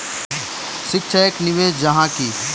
शिक्षा एक निवेश जाहा की?